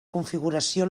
configuració